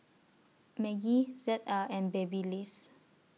Maggi Z A and Babyliss